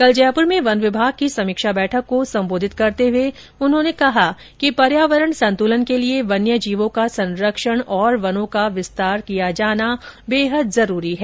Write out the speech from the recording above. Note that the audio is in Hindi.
कल जयपूर में वन विभाग की समीक्षा बैठक को संबोधित करते हुए उन्होंने कहा कि पर्यावरण संतुलन के लिए वन्य जीवों का संरक्षण और वनों का विस्तार किया जाना बेहद जरूरी है